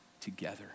together